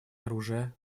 оружие